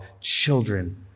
children